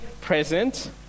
present